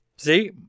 see